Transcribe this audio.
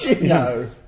No